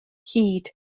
hud